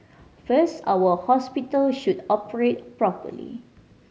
first our hospital should operate properly